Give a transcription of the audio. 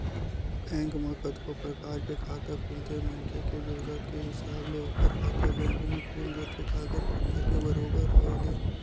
bank म कतको परकार के खाता खुलथे मनखे के जरुरत के हिसाब ले ओखर खाता बेंक म खुल जाथे कागज पतर के बरोबर होय ले